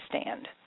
stand